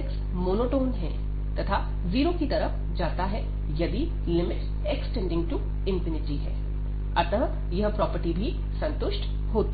x monotone है तथा 0 की तरफ जाता है यदि x→∞ अतः यह प्रॉपर्टी भी संतुष्ट होती है